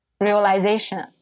realization